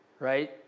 right